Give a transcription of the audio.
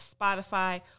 Spotify